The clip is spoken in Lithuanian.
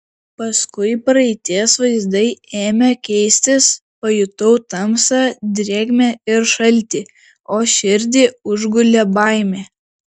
paskui praeities vaizdai ėmė keistis pajutau tamsą drėgmę ir šaltį o širdį užgulė baimė